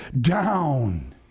down